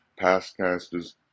pastcasters